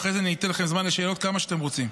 אחרי זה אני אתן זמן לשאלות כמה שאתם רוצים,